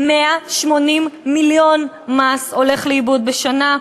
180 מיליון מס הולכים לאיבוד בשנה,